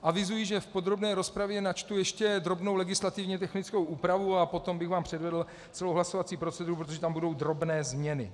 Avizuji, že v podrobné rozpravě načtu ještě drobnou legislativně technickou úpravu a potom bych vám předvedl celou hlasovací proceduru, protože tam budou drobné změny.